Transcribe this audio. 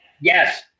Yes